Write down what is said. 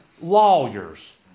lawyers